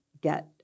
get